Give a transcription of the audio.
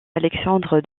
alexandre